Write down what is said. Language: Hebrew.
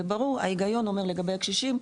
ההיגיון אומר לגבי הקשישים,